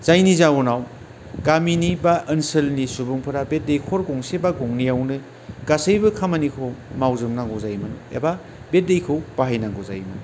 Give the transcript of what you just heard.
जायनि जाहोनाव गामिनि बा ओनसोलनि सुबुंफोरा बे दैखर गंसे एबा गंनैयावनो गासैबो खामानिखौ मावजोबनांगौ जायोमोन एबा बे दैखौ बाहायनांगौ जायोमोन